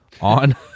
on